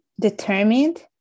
determined